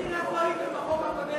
יאיר, איפה היית בחוק הקודם?